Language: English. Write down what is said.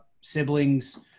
siblings